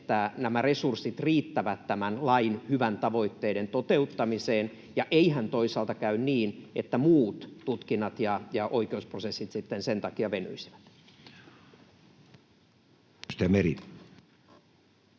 että nämä resurssit riittävät tämän lain hyvien tavoitteiden toteuttamiseen, ja eihän toisaalta käy niin, että muut tutkinnat ja oikeusprosessit sitten sen takia venyisivät? Edustaja Meri.